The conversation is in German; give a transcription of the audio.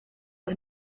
das